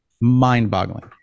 mind-boggling